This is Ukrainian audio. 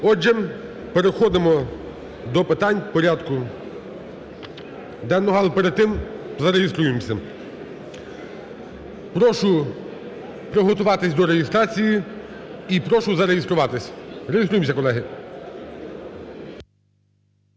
Отже, переходимо до питань порядку денного. Але перед тим зареєструємося. Прошу приготуватися до реєстрації і прошу зареєструватися. Реєструємося, колеги.